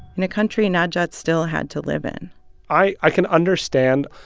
in a country najat still had to live in i i can understand,